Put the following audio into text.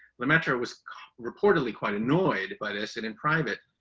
lemaitre was reportedly quite annoyed by this and in private,